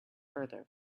further